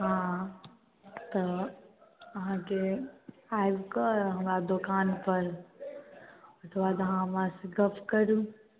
हँ तऽ अहाँ आबिकऽ हमरा दोकान पर ओकर बाद अहाँ हमरा सऽ गप्प करू